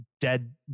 dead